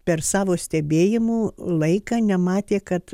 per savo stebėjimų laiką nematė kad